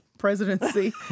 presidency